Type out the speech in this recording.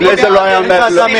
זה לא מקובל בכלל.